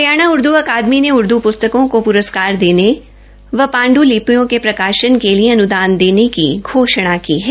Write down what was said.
हरियाणा उर्दू अकादमी ने उर्दू प्स्तकों को प्रस्कार देने व पांड्लिपियों के प्रकाशन के लिए अनुदान देने की घोषणा की है